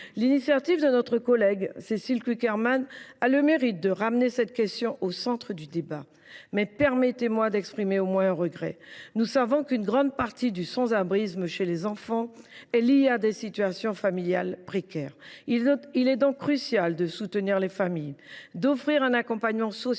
L’initiative de notre collègue Cécile Cukierman a le mérite de ramener cette question au centre du débat. Permettez moi d’exprimer au moins un regret. Une grande partie du sans abrisme chez les enfants est liée à des situations familiales précaires. Il est donc crucial de soutenir les familles, de leur offrir un accompagnement social